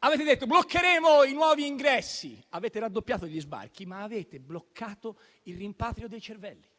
avete detto: bloccheremo i nuovi ingressi. Avete raddoppiato gli sbarchi, ma avete bloccato il rimpatrio dei cervelli.